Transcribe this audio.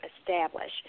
establish